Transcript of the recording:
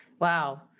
Wow